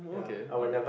okay alright